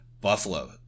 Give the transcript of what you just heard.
Buffalo